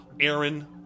Aaron